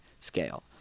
scale